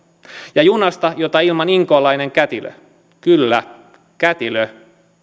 ja junasta jota ilman inkoolainen kätilö kyllä kätilö